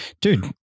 Dude